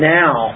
now